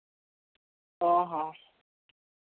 ᱚᱸᱻ ᱦᱚᱸ